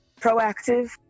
proactive